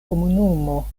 komunumo